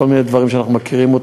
כל מיני דברים שאנחנו מכירים,